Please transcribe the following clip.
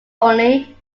only